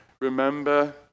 remember